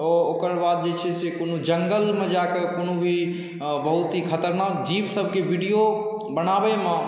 ओकर बाद जे छै से कोनो जंगलमे जा कऽ कोनो भी बहुत ही खतरनाक जीवसभके वीडियो बनाबैमे